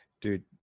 Dude